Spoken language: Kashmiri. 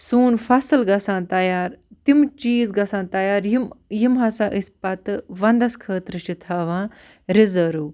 سون فصل گژھان تیار تِم چیٖز گژھان تیار یِم یِم ہَسا أسۍ پَتہٕ وَنٛدَس خٲطرٕ چھِ تھاوان رِزٲرٕو